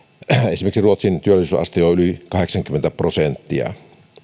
esimerkiksi ruotsin työllisyysaste on jo yli kahdeksankymmentä prosenttia